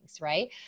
Right